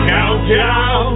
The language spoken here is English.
Countdown